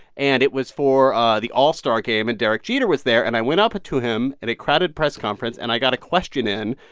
and it was for the all-star game, and derek jeter was there. and i went up to him at a crowded press conference, and i got a question in,